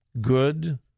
Good